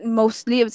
mostly